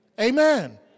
Amen